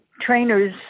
Trainers